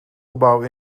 gebouw